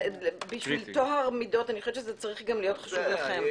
בשביל טוהר המידות זה צריך להיות גם חשוב לכם.